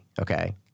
okay